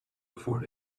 before